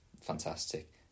fantastic